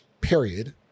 period